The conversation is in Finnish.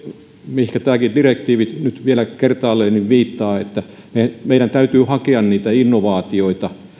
mihin tämäkin direktiivi nyt vielä kertaalleen viittaa on että meidän täytyy hakea niitä innovaatioita